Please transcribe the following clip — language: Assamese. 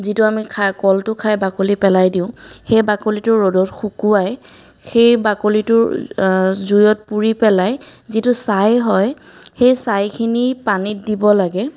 যিটো আমি খাই কলটো খাই বাকলি পেলাই দিওঁ সেই বাকলিটো ৰ'দত শুকোৱাই সেই বাকলিটো জুইত পুৰি পেলাই যিটো ছাই হয় সেই ছাইখিনি পানীত দিব লাগে